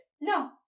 No